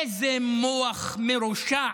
איזה מוח מרושע